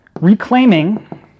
reclaiming